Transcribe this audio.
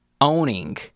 owning